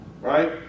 Right